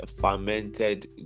fermented